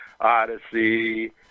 Odyssey